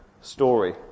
story